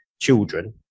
children